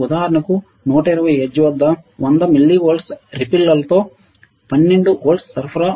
ఉదాహరణకు 120 హెర్ట్జ్ వద్ద 100 millivolt ripple లతో 12 వోల్ట్ సరఫరా ఉంది